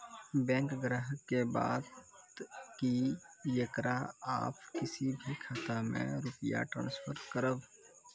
Bank ग्राहक के बात की येकरा आप किसी भी खाता मे रुपिया ट्रांसफर करबऽ?